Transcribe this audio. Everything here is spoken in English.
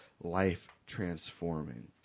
life-transforming